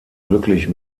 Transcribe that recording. glücklich